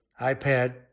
iPad